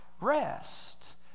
rest